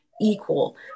equal